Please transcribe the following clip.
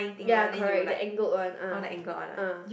ya correct the angled one ah ah